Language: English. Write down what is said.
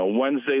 Wednesday